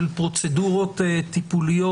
של פרוצדורות טיפוליות.